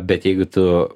bet jeigu tu